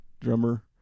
drummer